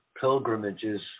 pilgrimages